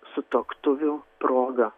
sutuoktuvių proga